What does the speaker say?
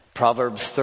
Proverbs